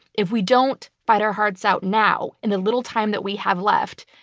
if we don't fight our hearts out now, in the little time that we have left,